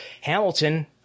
Hamilton